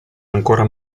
ancora